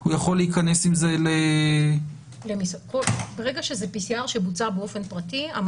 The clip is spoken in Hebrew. הוא יכול להיכנס עם זה --- ברגע שזה PCR שבוצע באופן פרטי,